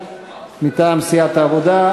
מטעם סיעת העבודה.